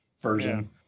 version